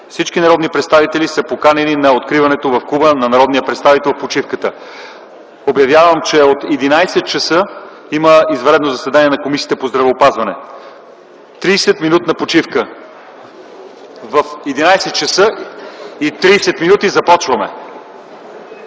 Всички народни представители са поканени на откриването в Клуба на народния представител в почивката. Обявявам, че от 11,00 ч. има извънредно заседание на Комисията по здравеопазването. Тридесет минути почивка. В 11,30 ч. започваме.